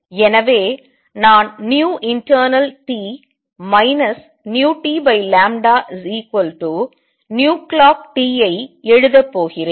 எனவே நான் internalt vtclockt ஐ எழுதப் போகிறேன்